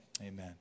amen